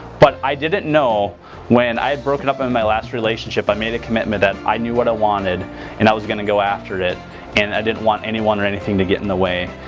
but i didn't know when i broken up in my last relationship i made a commitment that i knew what i wanted and i was going to go after it and i didn't want anyone or anything to get in the way.